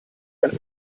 das